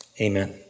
Amen